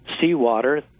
seawater